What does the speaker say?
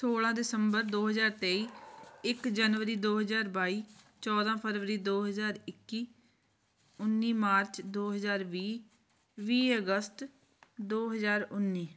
ਸੋਲ੍ਹਾਂ ਦਿਸੰਬਰ ਦੋ ਹਜ਼ਾਰ ਤੇਈ ਇੱਕ ਜਨਵਰੀ ਦੋ ਹਜ਼ਾਰ ਬਾਈ ਚੌਦਾਂ ਫਰਵਰੀ ਦੋ ਹਜ਼ਾਰ ਇੱਕੀ ਉੱਨੀ ਮਾਰਚ ਦੋ ਹਜ਼ਾਰ ਵੀਹ ਵੀਹ ਅਗਸਤ ਦੋ ਹਜ਼ਾਰ ਉੱਨੀ